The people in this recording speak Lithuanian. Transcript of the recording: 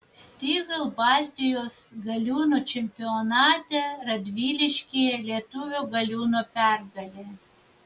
stihl baltijos galiūnų čempionate radviliškyje lietuvių galiūno pergalė